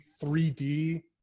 3D